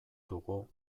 dugu